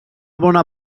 bona